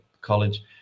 college